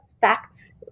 facts